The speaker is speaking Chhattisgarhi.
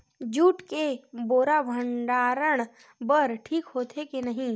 जूट के बोरा भंडारण बर ठीक होथे के नहीं?